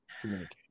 communicate